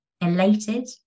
elated